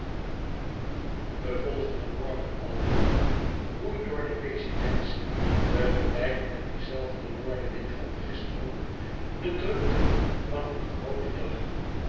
den volgenden morgen al vroeg woei door de rezidentie tegelijk met dien zelfden noordewind van gisteren de drukte van een grooten dag